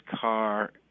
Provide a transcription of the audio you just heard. car